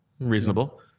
Reasonable